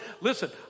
Listen